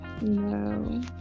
No